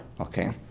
Okay